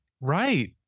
Right